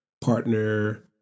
partner